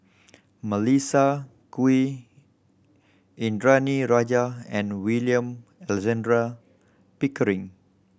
Melissa Kwee Indranee Rajah and William Alexander Pickering